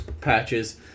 patches